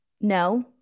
no